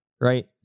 right